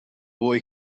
boy